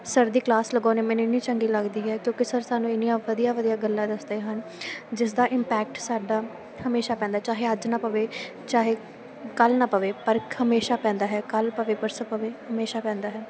sir ਦੀ class ਲਗਾਉਣੀ ਮੈਨੂੰ ਇੰਨੀ ਚੰਗੀ ਲੱਗਦੀ ਹੈ ਕਿਉਂਕਿ ਸਰ ਸਾਨੂੰ ਇੰਨੀਆਂ ਵਧੀਆ ਵਧੀਆ ਗੱਲਾਂ ਦੱਸਦੇ ਹਨ ਜਿਸ ਦਾ ਇੰਪੈਕਟ ਸਰ ਦਾ ਹਮੇਸ਼ਾ ਪੈਂਦਾ ਚਾਹੇ ਅੱਜ ਨਾ ਪਵੇ ਚਾਹੇ ਕੱਲ੍ਹ ਨਾ ਪਵੇ ਪਰ ਹਮੇਸ਼ਾ ਪੈਂਦਾ ਹੈ ਕੱਲ੍ਹ ਪਵੇ ਪਰਸੋਂ ਪਵੇ ਹਮੇਸ਼ਾ ਪੈਦਾ ਹੈ